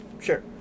sure